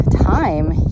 time